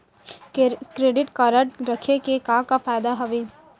Credit card रखे के का का फायदा हवे?